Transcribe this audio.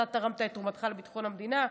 אתה תרמת את תרומתך לביטחון המדינה,